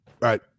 Right